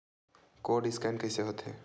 Code scan कइसे होथे?